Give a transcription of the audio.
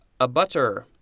Abutter